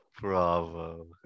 bravo